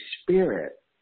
spirit